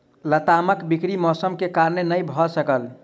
लतामक बिक्री मौसम के कारण नै भअ सकल